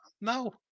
No